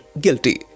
guilty